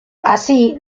así